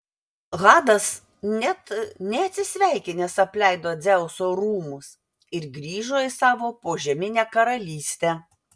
hadas net neatsisveikinęs apleido dzeuso rūmus ir grįžo į savo požeminę karalystę